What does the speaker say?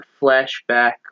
flashback